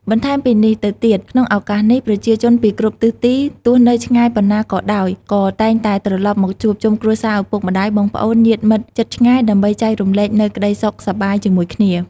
បន្ថែមពីនេះទៅទៀតក្នុងឱកាសនេះ ប្រជាជនពីគ្រប់ទិសទី ទោះនៅឆ្ងាយប៉ុណ្ណាក៏ដោយ ក៏តែងតែត្រឡប់មកជួបជុំគ្រួសារឪពុកម្តាយ បងប្អូន ញាតិមិត្តជិតឆ្ងាយ ដើម្បីចែករំលែកនូវក្ដីសុខសប្បាយជាមួយគ្នា។